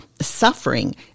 suffering